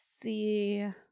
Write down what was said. see